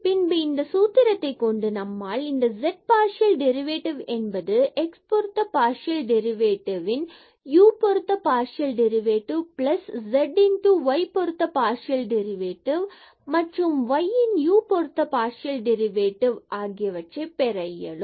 பின்பு இந்த சூத்திரத்தை கொண்டு நம்மால் இந்த z பார்சியல் டெரிவேட்டிவ் என்பது x பொருத்த பார்சியல் டெரிவேட்டிவ் x ன் u பொருத்த பார்சியல் டெரிவேட்டிவ் z ன் y பொருத்த பார்சியல் டெரிவேட்டிவ் மற்றும் y ன் u பொருத்த பார்சியல் டெரிவேட்டிவ் ஆகியவற்றைப் பெற இயலும்